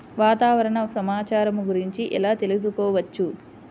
వాతావరణ సమాచారము గురించి ఎలా తెలుకుసుకోవచ్చు?